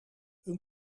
een